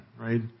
right